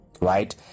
right